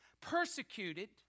Persecuted